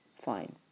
fine